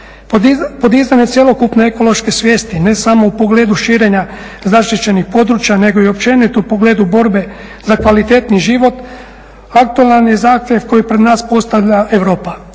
Podizanje cjelokupne ekološke svijesti ne samo u pogledu širenja zaštićenih područja, nego i općenito u pogledu borbe za kvalitetniji život, aktualan je zahtjev koji pred nas postavlja Europa.